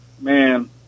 Man